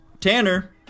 Tanner